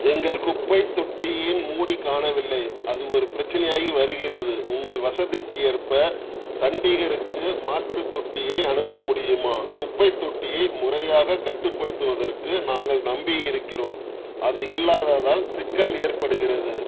எங்கள் குப்பைத் தொட்டியின் மூடி காணவில்லை அது ஒரு பிரச்சினையாயி வருகிறது உங்கள் வசதிக்கேற்ப சண்டிகருக்கு மாற்றுத் தொட்டியை அனுப்ப முடியுமா குப்பைத் தொட்டியை முறையாகக் கட்டுப்படுத்துவதற்கு நாங்கள் நம்பியிருக்கிறோம் அது இல்லாததால் சிக்கல் ஏற்படுகிறது